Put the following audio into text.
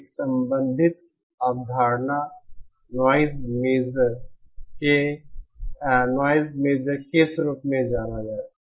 एक संबंधित अवधारणा नॉइज़ मेजर किस रूप में जाना जाता है